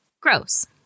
gross